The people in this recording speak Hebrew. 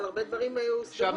אבל הרבה דברים הוסדרו.